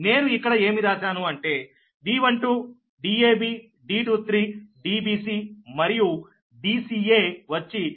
నేను ఇక్కడ ఏమి రాశాను అంటే D12 Dab D23 Dbcమరియు Dca వచ్చి D31